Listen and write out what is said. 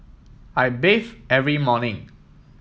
I bathe every morning